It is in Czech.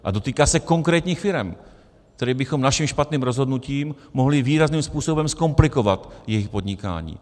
A dotýká se to konkrétních firem, kterým bychom naším špatným rozhodnutím mohli výrazným způsobem zkomplikovat jejich podnikání.